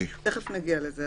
תכף נגיע לזה.